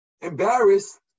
embarrassed